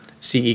CE